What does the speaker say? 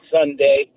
Sunday